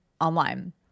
online